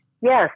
Yes